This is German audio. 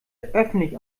öffentlich